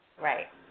Right